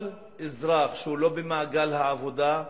כל אזרח שהוא לא במעגל העבודה,